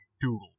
doodle